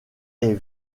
est